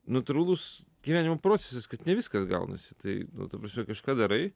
natūralus gyvenimo procesas kad ne viskas gaunasi tai nu ta prasme kažką darai